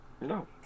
No